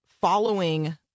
following